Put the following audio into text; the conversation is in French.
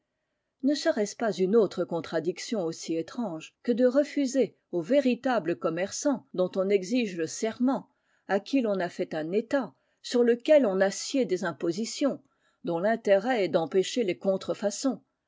ne serait-ce pas une autre contradiction aussi étrange que de refuser au véritable commerçant dont on exige le serment à qui l'on a fait un état sur lequel on assied des impositions dont l'intérêt est d'empêcher les contrefaçons